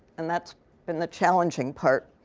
and that's been the challenging part.